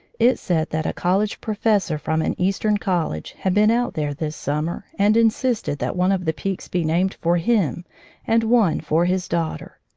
it said that a college professor from an eastern college had been out there this summer and insisted that one of the peaks be named for him and one for his' daughter.